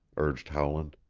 urged howland.